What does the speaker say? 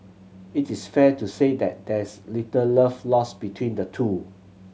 it is fair to say that there's little love lost between the two